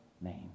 name